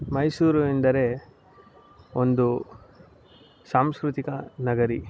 ಮೈಸೂರು ಎಂದರೆ ಒಂದು ಸಾಂಸ್ಕೃತಿಕ ನಗರಿ